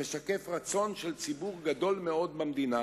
המשקף רצון של ציבור גדול מאוד במדינה